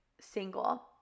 single